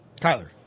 Kyler